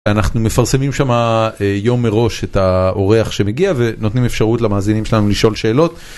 אנחנו מפרסמים שמה יום מראש את האורח שמגיע ונותנים אפשרות למאזינים שלנו לשאול שאלות.